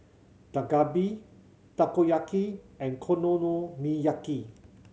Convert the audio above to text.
Dak Galbi Takoyaki and Konomiyaki